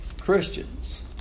Christians